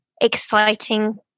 exciting